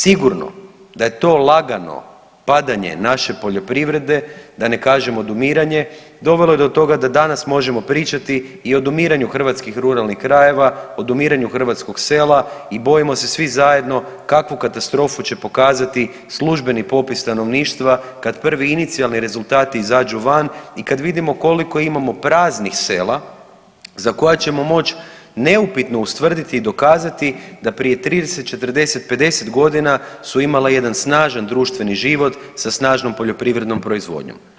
Sigurno da je to lagano padanje naše poljoprivrede, da ne kažem odumiranje, dovelo je do toga da danas možemo pričati i o odumiranju hrvatskih ruralnih krajeva, odumiranju hrvatskog sela i bojimo se svi zajedno kakvu katastrofu će pokazati službeni popis stanovništva kad prvi inicijalni rezultati izađu van i kad vidimo koliko imamo praznih sela za koja ćemo moć neupitno ustvrditi i dokazati da prije 30-40-50.g. su imala jedan snažan društveni život sa snažnom poljoprivrednom proizvodnjom.